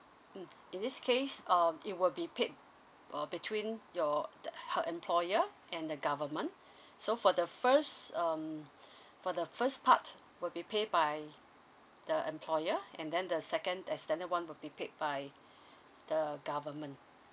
mm in this case um it will be paid uh between your the her employer and the government so for the first um for the first part will be pay by the employer and then the second that standard one will be paid by the government